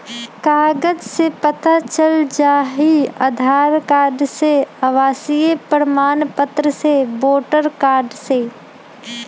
कागज से पता चल जाहई, आधार कार्ड से, आवासीय प्रमाण पत्र से, वोटर कार्ड से?